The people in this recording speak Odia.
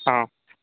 ହଁ